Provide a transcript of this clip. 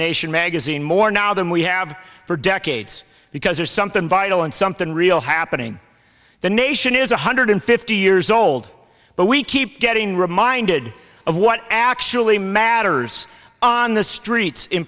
nation magazine more now than we have for decades because there's something vital and something real happening the nation is one hundred fifty years old but we keep getting reminded of what actually matters on the streets in